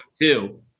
two